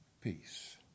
peace